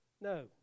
No